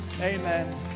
Amen